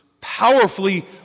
powerfully